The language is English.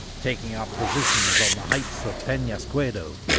taking up positions on the heights of penasquedo,